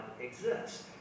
exists